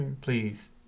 please